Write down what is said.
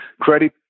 credit